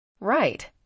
Right